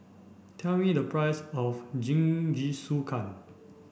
tell me the price of Jingisukan